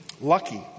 lucky